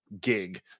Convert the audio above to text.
gig